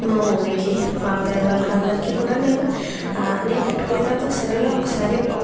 మా మమ్మీకి మా అత్తయ్య వాళ్ళకందరికీ కూడా నేను నేను పెట్టుకునే దాకా సరేలే ఒకసారి